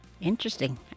Interesting